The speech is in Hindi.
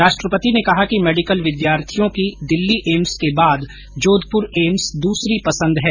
राष्ट्रपति ने कहा कि र्मेडिकल विद्यार्थियों की दिल्ली एम्स के बाद जोधपुर एम्स दूसरी पसंद है